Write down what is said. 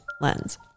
Lens